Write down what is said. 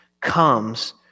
comes